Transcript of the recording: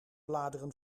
bladeren